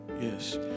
Yes